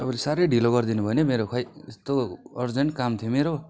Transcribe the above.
तपाईँले सार्है ढिलो गरिदिनुभयो नि हौ मेरो खोइ यस्तो अर्जेन्ट काम थियो मेरो